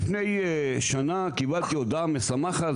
לפני שנה קיבלתי הודעה משמחת,